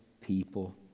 people